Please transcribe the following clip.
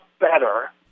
better